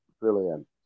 brilliant